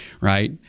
right